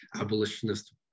abolitionist